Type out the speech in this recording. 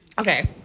Okay